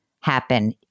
happen